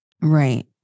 Right